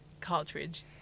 cartridge